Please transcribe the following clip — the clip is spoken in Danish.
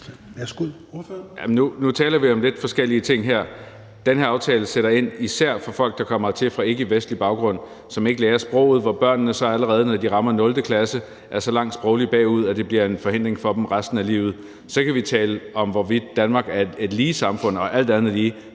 Nu taler vi om lidt forskellige ting her. Den her aftale sætter ind over for især folk, der kommer hertil med ikkevestlig baggrund, som ikke lærer sproget, og hvor børnene så, allerede når de rammer 0. klasse, er så langt sprogligt bagud, at det bliver en forhindring for dem resten af livet. Så kan vi tale om, hvorvidt Danmark er et lige samfund. Alt andet lige